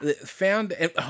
Found